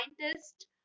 scientist